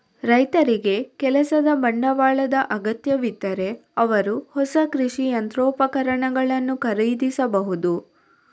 ರೈತರಿಗೆ ಕೆಲಸದ ಬಂಡವಾಳದ ಅಗತ್ಯವಿದ್ದರೆ ಅವರು ಹೊಸ ಕೃಷಿ ಯಂತ್ರೋಪಕರಣಗಳನ್ನು ಖರೀದಿಸಬಹುದು